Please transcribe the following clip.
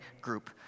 group